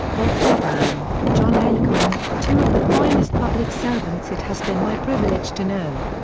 bob haldeman, john ehrlichman, two of the finest public servants it has been my privilege to know.